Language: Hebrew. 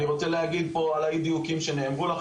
אני רוצה להגיד פה על אי הדיוקים שנאמרו לך,